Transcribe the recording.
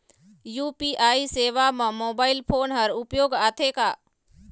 UPI सेवा म mobile phone हर उपयोग आथे का?